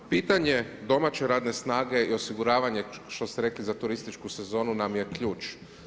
Pitanje domaće radne snage i osiguravanje što ste rekli za turističku sezonu nam je ključ.